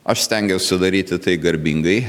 aš stengiausi daryti tai garbingai